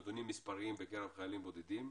נתונים מספריים בקרב חיילים בודדים.